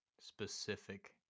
specific